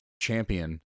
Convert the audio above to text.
champion